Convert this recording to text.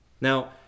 Now